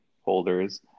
holders